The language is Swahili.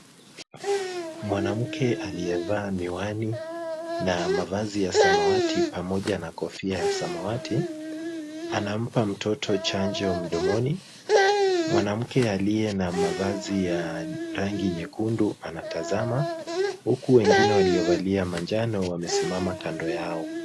Mwanamke aliyevaa miwani na mavazi ya samawati pamoja na kofia ya samawati anampa mtoto chanjo mdomoni. Mwanamke aliye na mavazi ya rangi nyekundu anatazama huku wengine waliovalia manjano wamesimama kando yao.